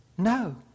No